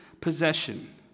possession